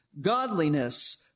godliness